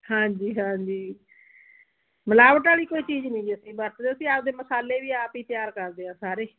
ਹਾਂਜੀ ਹਾਂਜੀ ਮਿਲਾਵਟ ਵਾਲੀ ਕੋਈ ਚੀਜ਼ ਨਹੀ ਜੀ ਅਸੀਂ ਵਰਤਦੇ ਅਸੀਂ ਆਪਣੇ ਮਸਾਲੇ ਵੀ ਆਪ ਹੀ ਤਿਆਰ ਕਰਦੇ ਹਾਂ ਸਾਰੇ